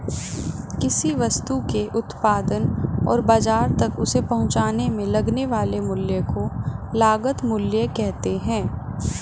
किसी वस्तु के उत्पादन और बाजार तक उसे पहुंचाने में लगने वाले मूल्य को लागत मूल्य कहते हैं